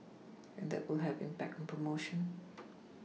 and that will have an impact on promotion